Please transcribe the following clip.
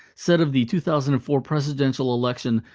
said of the two thousand and four presidential election,